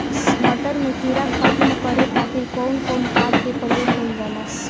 मटर में कीड़ा खत्म करे खातीर कउन कउन खाद के प्रयोग कईल जाला?